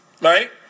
right